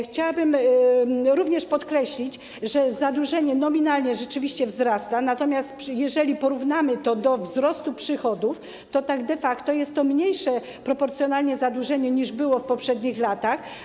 Chciałabym również podkreślić, że zadłużenie nominalnie rzeczywiście wzrasta, natomiast jeżeli porównamy to do wzrostu przychodów, to de facto jest to mniejsze proporcjonalnie zadłużenie niż było w poprzednich latach.